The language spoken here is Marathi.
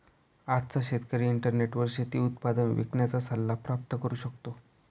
आजचा शेतकरी इंटरनेटवर शेती उत्पादन विकण्याचा सल्ला प्राप्त करू शकतो